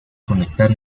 conectar